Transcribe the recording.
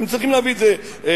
הם צריכים להביא את זה לבחירות,